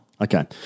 Okay